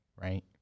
right